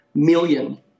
million